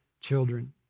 children